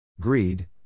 Greed